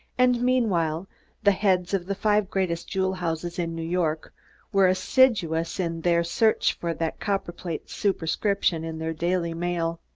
and meanwhile the heads of the five greatest jewel houses in new york were assiduous in their search for that copperplate superscription in their daily mail.